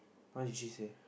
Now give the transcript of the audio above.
what did she say